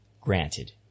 granted